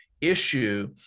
issue